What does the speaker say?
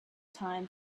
time